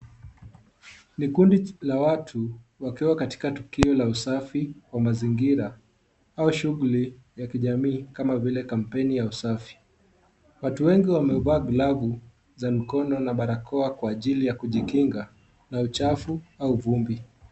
Ni kundi la watu wakiwa katika tukio la usafi wa mazingira au shughuli ya kijamii kama vile kampeni ya usafi. Watu wengi wamevaa glavu za mkono na barakoa kwa ajili ya kujikinga na uchafu au vumbi.